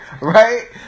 right